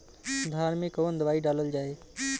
धान मे कवन दवाई डालल जाए?